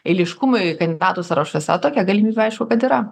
eiliškumui kandidatų sąrašuose tokia galimybė aišku kad yra